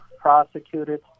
prosecuted